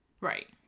right